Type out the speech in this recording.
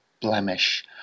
blemish